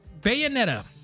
bayonetta